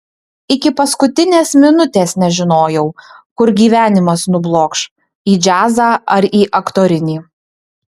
iki paskutinės minutės nežinojau kur gyvenimas nublokš į džiazą ar į aktorinį